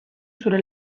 zure